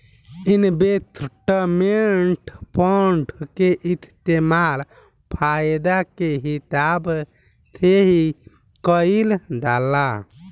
investment fund के इस्तेमाल फायदा के हिसाब से ही कईल जाला